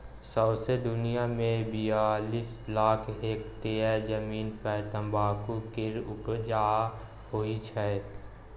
सौंसे दुनियाँ मे बियालीस लाख हेक्टेयर जमीन पर तमाकुल केर उपजा होइ छै